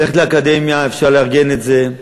ללכת לאקדמיה, אפשר לארגן את זה.